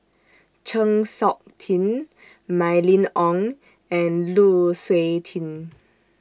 Chng Seok Tin Mylene Ong and Lu Suitin